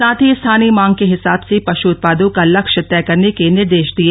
साथ ही स्थानीय मांग के हिसाब से पशु उत्पादों का लक्ष्य तय करने के निर्देश दिए